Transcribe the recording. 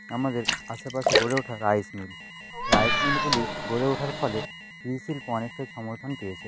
আমাদের আশেপাশে গড়ে ওঠা রাইস মিল রাইস মিলগুলি গড়ে ওঠার ফলে কৃষিশিল্প অনেকটাই সমর্থন পেয়েছে